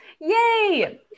Yay